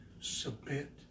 Submit